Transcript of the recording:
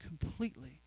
completely